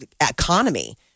Economy